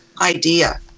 idea